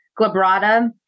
glabrata